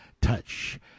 touch